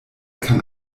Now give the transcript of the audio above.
kann